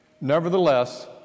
Nevertheless